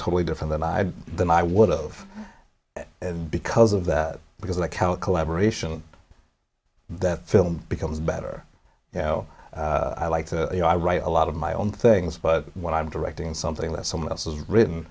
totally different than i do than i would of and because of that because like how collaboration that film becomes better you know i like to you know i write a lot of my own things but when i'm directing something that someone else has written